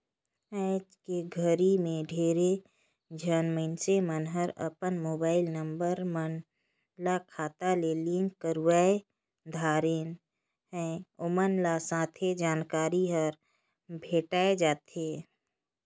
आइज के घरी मे ढेरे झन मइनसे मन हर अपन मुबाईल नंबर मन ल खाता ले लिंक करवाये दारेन है, ओमन ल सथे जानकारी हर भेंटाये जाथें